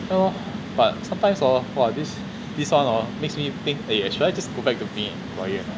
so but sometimes hor !wah! this this [one] hor makes me think eh should I just go back to being an employee or not